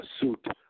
suit